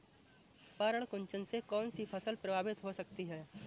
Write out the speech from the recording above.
पर्ण कुंचन से कौन कौन सी फसल प्रभावित हो सकती है?